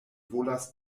volas